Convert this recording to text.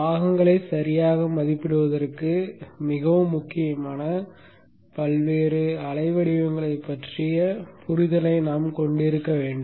பாகங்களை சரியாக மதிப்பிடுவதற்கு மிகவும் முக்கியமான பல்வேறு அலைவடிவங்களைப் பற்றிய புரிதலை நாம் கொண்டிருக்க வேண்டும்